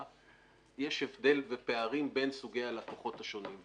יש הבדל ופערים בין סוגי הלקוחות השונים.